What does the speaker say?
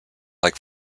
like